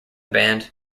band